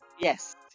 yes